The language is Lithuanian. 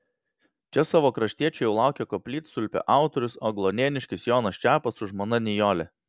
čia savo kraštiečių jau laukė koplytstulpio autorius agluonėniškis jonas čepas su žmona nijole